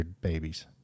babies